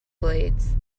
blades